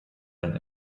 wenn